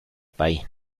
país